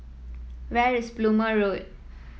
where is Plumer Road